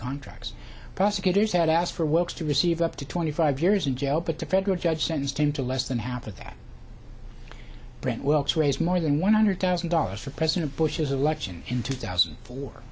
contracts prosecutors had asked for works to receive up to twenty five years in jail but the federal judge sentenced him to less than half of that brant wilkes raise more than one hundred thousand dollars for president bush's election in two thousand and four